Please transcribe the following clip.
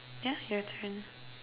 yeah your turn